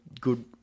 good